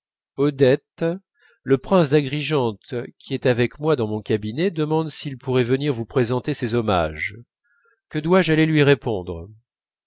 odette le prince d'agrigente qui est avec moi dans mon cabinet demande s'il pourrait venir vous présenter ses hommages que dois-je aller lui répondre